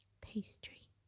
pastry